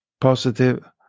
positive